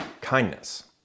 Kindness